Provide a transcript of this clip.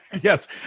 yes